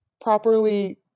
properly